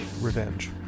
Revenge